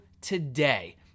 today